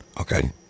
okay